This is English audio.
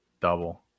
Double